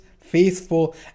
faithful